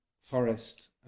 forest